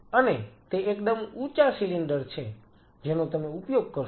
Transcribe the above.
અને તે એકદમ ઊંચા સિલિન્ડર છે જેનો તમે ઉપયોગ કરશો